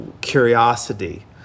curiosity